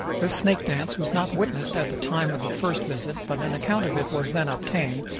this snake dance was not witnessed at the time of the first visit, but an account of it was then obtained,